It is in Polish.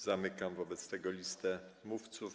Zamykam wobec tego listę mówców.